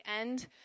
end